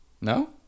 No